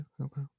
Okay